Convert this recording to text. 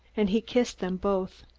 and he kissed them both.